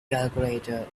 calculator